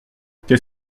qu’est